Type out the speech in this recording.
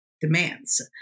demands